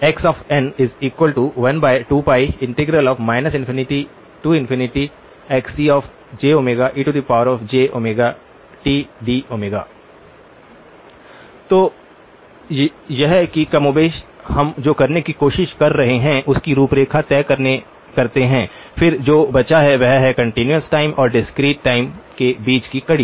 XcjΩ ∞xce jΩtdt and xn12π ∞XcjΩejΩtdΩ तो यह कि कमोबेश हम जो करने की कोशिश कर रहे हैं उसकी रूपरेखा तय करते हैं फिर जो बचा है वह है कंटीन्यूअस टाइम और डिस्क्रीट टाइम के बीच की कड़ी